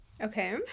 Okay